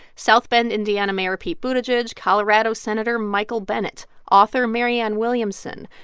south bend indiana mayor pete buttigieg, colorado senator michael bennet, author marianne williamson,